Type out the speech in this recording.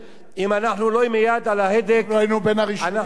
אם לא היינו בין הראשונים בעולם באינטרנט wireless.